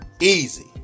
easy